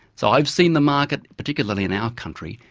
so i've seen the market particularly in our country,